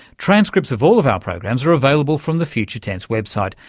transcripts of all of our programs are available from the future tense website,